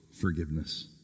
forgiveness